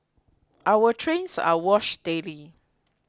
our trains are washed daily